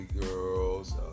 girls